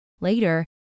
Later